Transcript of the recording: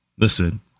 Listen